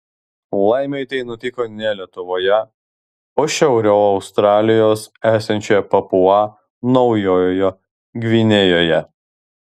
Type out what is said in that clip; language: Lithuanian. laimei tai nutiko ne lietuvoje o šiauriau australijos esančioje papua naujojoje gvinėjoje